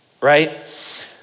right